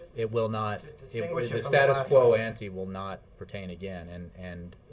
it will not the status quo ante will not pertain again. and and